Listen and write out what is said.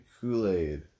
Kool-Aid